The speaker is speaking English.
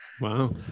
Wow